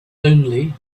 only